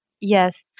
Yes